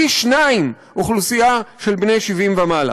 פי שניים אוכלוסייה של בני 70 ומעלה.